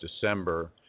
December